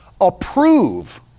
approve